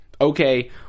okay